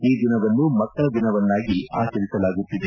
ಈ ದಿನವನ್ನು ಮಕ್ಕಳ ದಿನವನ್ನಾಗಿ ಆಚರಿಸಲಾಗುತ್ತಿದೆ